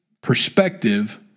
perspective